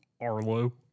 Arlo